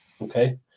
Okay